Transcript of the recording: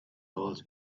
roles